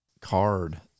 card